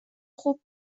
خوب